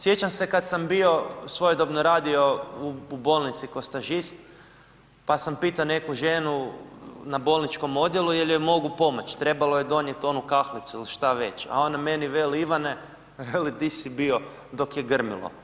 Sjećam se kad sam bio, svojedobno radio u bolnici ko stažist, pa sam pito neku ženu na bolničkom odjelu jel joj mogu pomoć, trebalo je donijet onu kahlicu ili šta već, a ona meni veli Ivane, veli di si bio dok je grmilo?